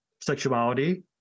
sexuality